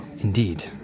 Indeed